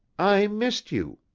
i missed you.